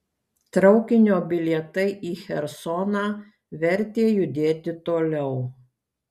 traukinio bilietai į chersoną vertė judėti toliau